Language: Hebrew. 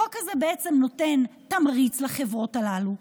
החוק הזה נותן תמריץ לחברות הללו,